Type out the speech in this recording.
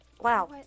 Wow